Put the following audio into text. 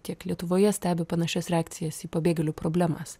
tiek lietuvoje stebi panašias reakcijas į pabėgėlių problemas